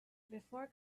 before